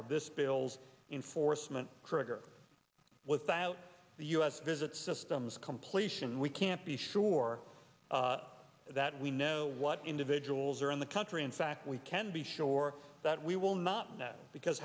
of this pales in forstmann trigger without the u s visit systems completion we can't be sure that we know what individuals are in the country in fact we can be sure that we will not know because